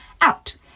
out